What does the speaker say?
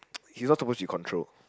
he's not supposed to be control